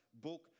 book